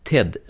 Ted